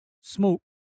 smoke